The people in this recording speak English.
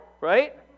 Right